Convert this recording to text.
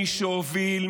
מי שהוביל,